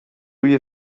you